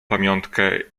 pamiątkę